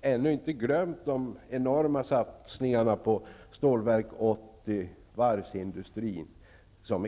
ännu inte glömt de enorma satsningarna på Stålverk 80, varvsindustrin osv.